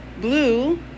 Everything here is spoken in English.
Blue